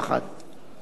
יחד עם זאת